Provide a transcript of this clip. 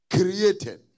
Created